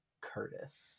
curtis